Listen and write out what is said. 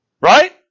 right